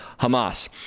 Hamas